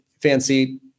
fancy